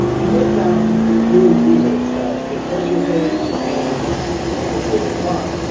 and with that, you kind of lose users, that they go to your page and they essentially get lost.